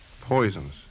Poisons